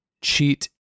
cheat